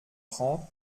trente